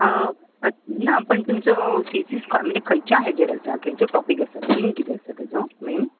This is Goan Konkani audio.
ना पूण तुमचो थिसीस म्हणजे खंयच्या हाजेर आसा खंयच्या टोपीक आसा थीम कितें आसा ताजो मेन